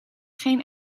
geen